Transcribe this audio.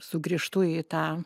sugrįžtu į tą